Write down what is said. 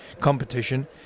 competition